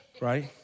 Right